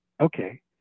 Okay